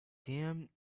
damn